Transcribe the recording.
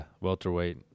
welterweight